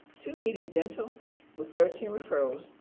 two needing dental with thirteen referrals,